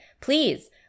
please